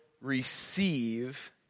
receive